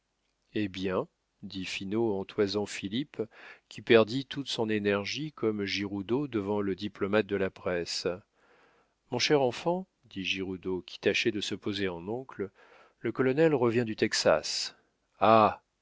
eh bien dit finot en toisant philippe qui perdit toute son énergie comme giroudeau devant le diplomate de la presse mon cher enfant dit giroudeau qui tâchait de se poser en oncle le colonel revient du texas ah